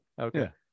Okay